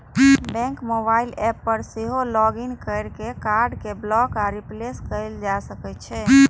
बैंकक mobile app पर सेहो लॉग इन कैर के कार्ड कें ब्लॉक आ रिप्लेस कैल जा सकै छै